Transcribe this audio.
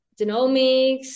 genomics